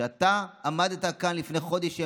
כשאתה עמדת כאן לפני חודש ימים,